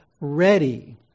ready